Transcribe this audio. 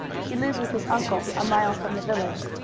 he lives with his uncle, a mile from the village.